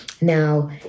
Now